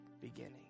beginning